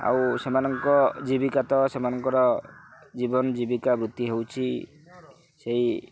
ଆଉ ସେମାନଙ୍କ ଜୀବିକା ତ ସେମାନଙ୍କର ଜୀବନ ଜୀବିକା ବୃତ୍ତି ହେଉଛି ସେଇ